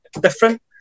different